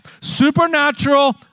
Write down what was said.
Supernatural